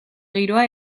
giroa